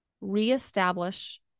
reestablish